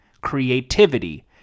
creativity